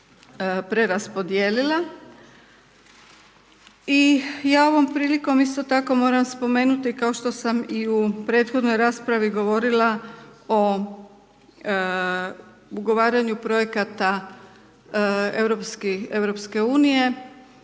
preraspodijelila i ja ovom prilikom isto tako moram spomenuti kao što sam i u prethodnoj raspravi govorila o ugovaranju projekata EU,